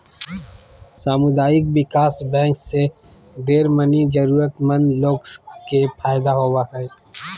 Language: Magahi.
सामुदायिक विकास बैंक से ढेर मनी जरूरतमन्द लोग के फायदा होवो हय